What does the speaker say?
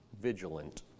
vigilant